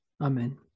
Amen